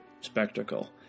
spectacle